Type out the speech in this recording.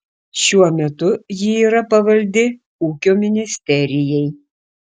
šiuo metu ji yra pavaldi ūkio ministerijai